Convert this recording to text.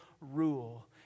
rule